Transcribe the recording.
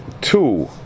Two